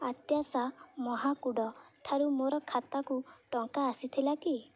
ଆଦ୍ୟାଶା ମହାକୁଡ଼ଠାରୁ ମୋ ଖାତାକୁ ଟଙ୍କା ଆସିଥିଲା କି